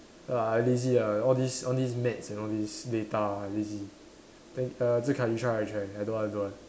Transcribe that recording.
uh I lazy lah all these all these maths and all these data I lazy t~ err Zhi Kai you try you try I don't want I don't want